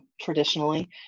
traditionally